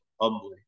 humbly